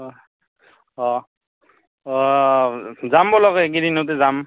অ' অ' অ' যাম ব'লক এই কেইদিনতে যাম